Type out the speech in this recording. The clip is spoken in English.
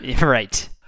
right